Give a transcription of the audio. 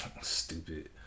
Stupid